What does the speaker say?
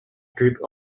group